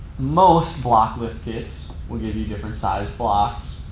most block lift kits will give you different size blocks